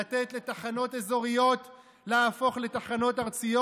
לתת לתחנות אזוריות להפוך לתחנות ארציות